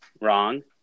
Wrong